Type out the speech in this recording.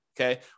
okay